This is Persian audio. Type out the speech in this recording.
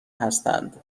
هستند